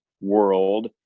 world